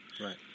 Right